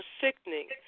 sickening